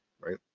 right